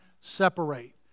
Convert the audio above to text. separate